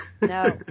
No